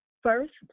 First